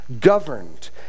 Governed